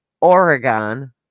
Oregon